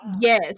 yes